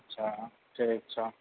अच्छा ठीक छै